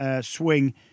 swing